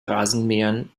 rasenmähern